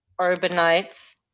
urbanites